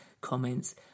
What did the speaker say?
comments